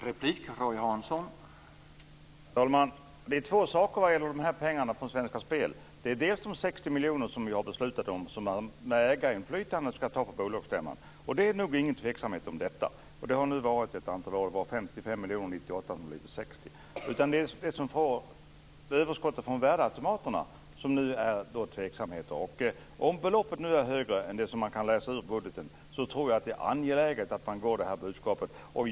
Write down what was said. Herr talman! Det är två saker när det gäller pengarna från Svenska Spel. Det är till att börja med de 60 miljonerna som vi har beslutat om, och det råder ingen tveksamhet här. Dessa pengar har nu utbetalats ett antal år. 1998 var det 55 miljoner. Det är angående överskottet från värdeautomaterna som det råder tveksamheter kring. Om beloppet nu är högre än det som man kan utläsa av budgeten är det angeläget att man går ut med det budskapet.